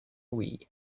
wii